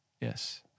Yes